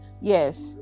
Yes